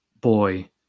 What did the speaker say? boy